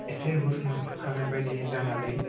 इसे हुस मोनखांनायनि बायदि जानानै